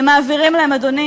הם מעבירים להם, אדוני